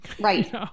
Right